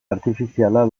artifiziala